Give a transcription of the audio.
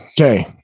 Okay